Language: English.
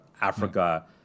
Africa